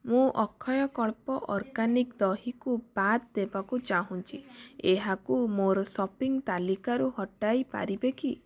ମୁଁ ଅକ୍ଷୟକଳ୍ପ ଅର୍ଗାନିକ୍ ଦହିକୁ ବାଦ୍ ଦେବାକୁ ଚାହୁଁଛି ଏହାକୁ ମୋର ସପିଂ ତାଲିକାରୁ ହଟାଇ ପାରିବେ କି